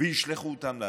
וישלחו אותם לעזאזל.